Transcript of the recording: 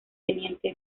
teniente